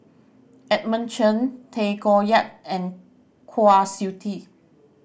Edmund Chen Tay Koh Yat and Kwa Siew Tee